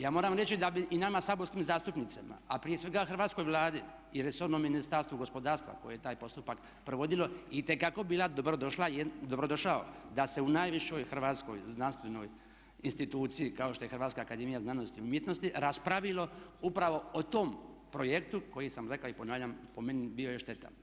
Ja moram reći da bi i nama saborskim zastupnicima a prije svega Hrvatskoj vladi i resornom Ministarstvu gospodarstva koje je taj postupak provodilo itekako bila dobrodošlo da se u najvišoj hrvatskoj znanstvenoj instituciji kao što je Hrvatska akademija znanosti i umjetnosti raspravilo upravo o tom projektu koji sam rekao i ponavljam po meni je bio štetan.